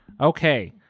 okay